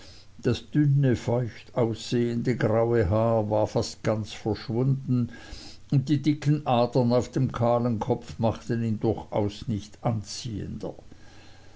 das dünne feucht aussehende graue haar war fast ganz verschwunden und die dicken adern auf dem kahlen kopf machten ihn durchaus nicht anziehender